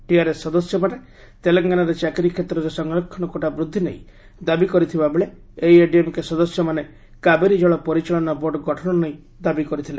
TRS ସଦସ୍ୟମାନେ ତେଲେଙ୍ଗାନାରେ ଚାକିରି କ୍ଷେତ୍ରରେ ସଂରକ୍ଷଣ କୋଟା ବୃଦ୍ଧି ନେଇ ଦାବି କରିଥିବାବେଳେ ଏଆଇଏଡିଏମ୍କେ ସଦସ୍ୟମାନେ କାବେରୀ ଜଳ ପରିଚାଳନା ବୋର୍ଡ ଗଠନ ନେଇ ଦାବି କରିଥିଲେ